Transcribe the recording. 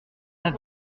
neuf